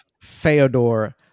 Feodor